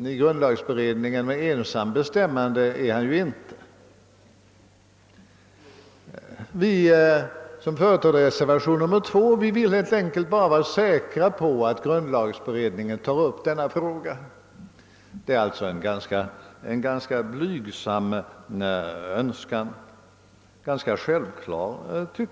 i grundlagberedningen, men ensam bestämmande är han dock inte. Vi som företräder reservation 2 vill helt enkelt vara säkra på att grundlagberedningen tar upp denna fråga. Det är alltså en ganska blygsam och enligt min mening självklar önskan.